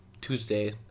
Tuesday